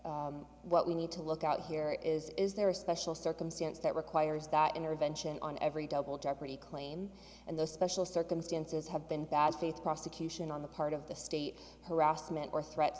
what we need to look out here is is there a special circumstance that requires that intervention on every double jeopardy claim and the special circumstances have been bad faith prosecution on the part of the state harassment or threats